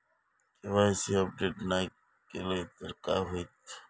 KYC update नाय केलय तर काय होईत?